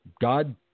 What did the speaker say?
God